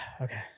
Okay